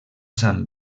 sant